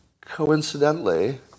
coincidentally